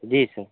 जी sir